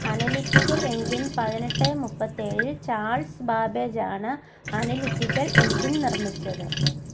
analytical engine പതിനെട്ട് മുപ്പത്തേഴില് Charles Babbage ആണ് അനലിറ്റിക്കൽ എഞ്ചിൻ നിർമ്മിച്ചത്